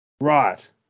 Right